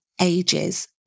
ages